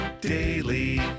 daily